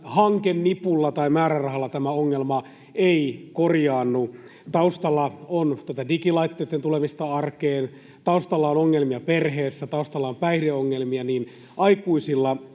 hankenipulla tai määrärahalla tämä ongelma ei korjaannu. Taustalla on tätä digilaitteitten tulemista arkeen, taustalla on ongelmia perheissä, taustalla on päihdeongelmia niin aikuisilla